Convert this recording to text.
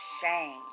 shame